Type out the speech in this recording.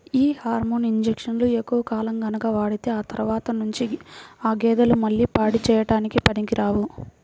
యీ హార్మోన్ ఇంజక్షన్లు ఎక్కువ కాలం గనక వాడితే ఆ తర్వాత నుంచి ఆ గేదెలు మళ్ళీ పాడి చేయడానికి పనికిరావు